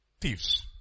thieves